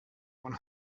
one